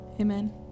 amen